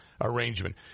arrangement